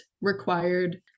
required